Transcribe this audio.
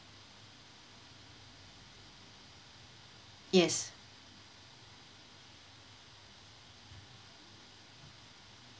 yes